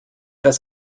das